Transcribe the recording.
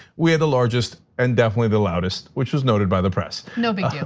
we had the largest and definitely the loudest, which was noted by the press. no big deal.